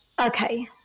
okay